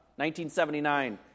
1979